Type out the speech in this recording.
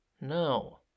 No